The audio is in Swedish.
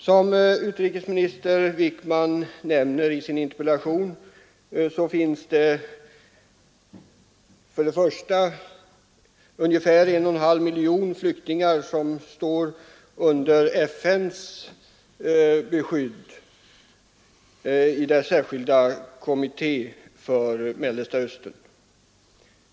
Som utrikesminister Wickman nämnde i sitt svar finns det först och främst ungefär 1,5 miljoner flyktingar som står under FN:s beskydd genom dess särskilda kommitté för Mellersta Östern.